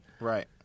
Right